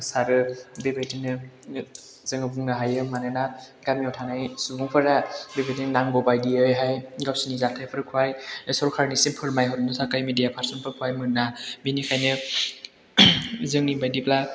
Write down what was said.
गोसारो बेबायदिनो जोङो बुंनो हायो मानोना गामियाव थानाय सुबुंफोरा बेबायदिनो नांगौबायदियैहाय गावसिनि जाथायफोरखौहाय सरखारनिसिम फोरमायहरनो थाखाय मिडिया पारसन फोरखौहाय मोना बेनिखायनो जोंनि बायदिब्ला